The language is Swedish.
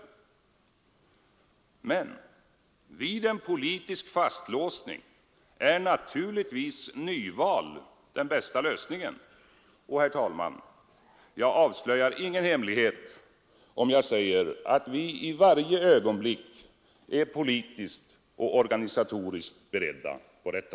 Men vid en politisk fastlåsning är naturligtvis nyval den bästa lösningen. Och, herr talman, jag avslöjar ingen hemlighet om jag säger att vi i varje ögonblick är politiskt och organisatoriskt beredda på detta.